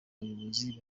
bayobozi